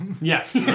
Yes